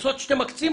מכסות שהם מקצים,